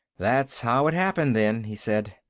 that's how it happened, then, he said.